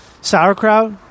Sauerkraut